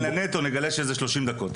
אם נסתכל על הנטו נגלה שזה 30 דקות.